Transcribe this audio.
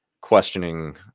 questioning